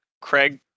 Craig